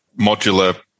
modular